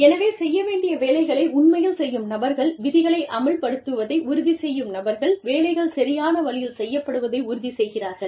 எனவே செய்ய வேண்டிய வேலைகளை உண்மையில் செய்யும் நபர்கள் விதிகளை அமல்படுத்துவதை உறுதி செய்யும் நபர்கள் வேலைகள் சரியான வழியில் செய்யப்படுவதை உறுதி செய்கிறார்கள்